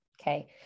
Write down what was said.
Okay